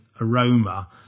aroma